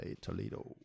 Toledo